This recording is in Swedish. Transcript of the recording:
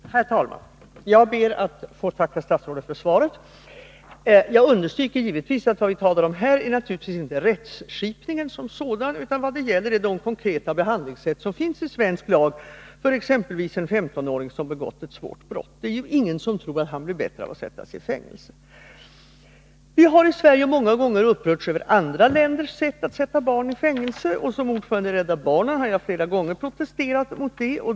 Herr talman! Jag ber att få tacka statsrådet för svaret. Jag understryker att vad vi talar om här naturligtvis inte är rättsskipningen som sådan, utan vad det gäller är de konkreta behandlingssätt som finns enligt svensk lag för exempelvis en 15-åring som begått ett svårt brott. Ingen tror ju att han blir bättre av att sättas i fängelse. Vi har i Sverige många gånger upprörts över andra länders sätt att sätta barn i fängelse, och som ordförande i Rädda barnen har jag flera gånger protesterat mot det.